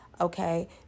Okay